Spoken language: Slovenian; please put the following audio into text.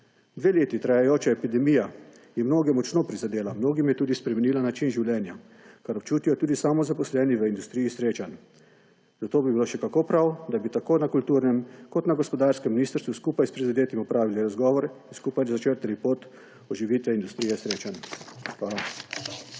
Dve leti trajajoča epidemija je mnoge močno prizadela, mnogim je tudi spremenila način življenja, kar občutijo tudi samozaposleni v industriji srečanj. Zato bi bilo še kako prav, da bi tako na kulturnem kot gospodarskem ministrstvu skupaj s prizadetimi opravili razgovor in skupaj začrtali pot oživitve industrije srečanj. Hvala.